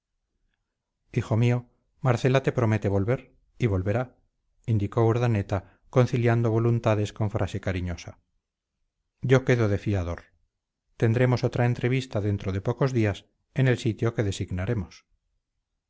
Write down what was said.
hijo mío marcela te promete volver y volverá indicó urdaneta conciliando voluntades con frase cariñosa yo quedo de fiador tendremos otra entrevista dentro de pocos días en el sitio que designaremos